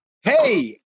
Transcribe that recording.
Hey